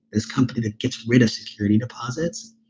this company that gets rid of security deposits,